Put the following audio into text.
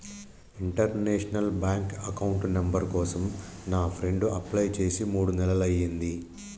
international bank account number కోసం నా friend apply చేసి మూడు నెలలయ్యింది